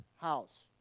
house